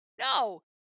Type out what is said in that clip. no